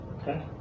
okay